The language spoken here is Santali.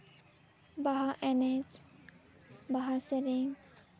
ᱵᱟᱦᱟ ᱮᱱᱮᱡ ᱵᱟᱦᱟ ᱥᱮᱨᱮᱧ